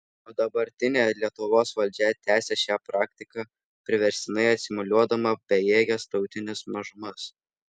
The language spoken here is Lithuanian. o dabartinė lietuvos valdžia tęsia šią praktiką priverstinai asimiliuodama bejėges tautines mažumas